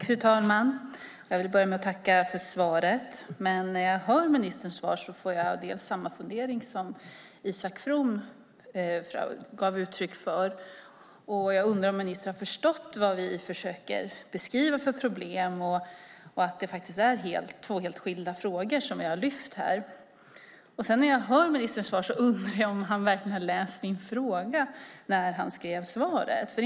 Fru talman! Jag vill börja med att tacka för svaret. När jag hör ministerns svar får jag samma fundering som Isak From gav uttryck för. Jag undrar om ministern har förstått vad vi försöker beskriva för problem och att det är två helt skilda frågor som vi har lyft här. När jag hör ministerns svar undrar jag om han verkligen har läst min fråga när han skrev svaret.